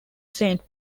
saint